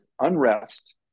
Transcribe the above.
unrest